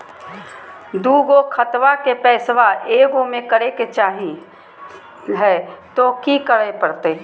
दू गो खतवा के पैसवा ए गो मे करे चाही हय तो कि करे परते?